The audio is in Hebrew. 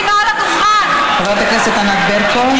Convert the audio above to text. חברת הכנסת ענת ברקו,